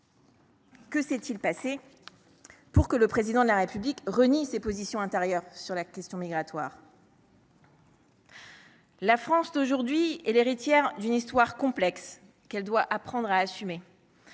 Que s’est il passé pour que le Président de la République renie ses positions antérieures sur la question migratoire ? La France d’aujourd’hui est l’héritière d’une histoire complexe, qu’elle doit apprendre à assumer.